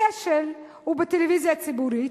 הכשל הוא בטלוויזיה הציבורית,